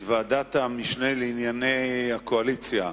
את ועדת המשנה לענייני הקואליציה,